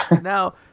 Now –